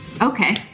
Okay